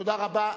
תודה רבה.